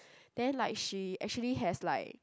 then like she actually has like